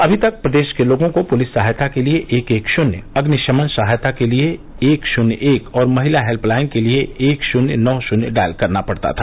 अभी तक प्रदेश के लोगों को पुलिस सहायता के लिए एक शून्य शून्य अग्निशमन सहायता के लिए एक शून्य एक और महिला हेल्पलाइन के लिए एक शून्य नौ शून्य डॉयल करना पड़ता था